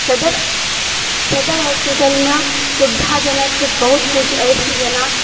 सदर सदर होस्पिटलमे सुविधाजनक बहुत किछु अछि जेना